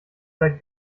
seit